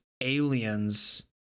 aliens